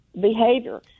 behavior